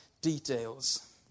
details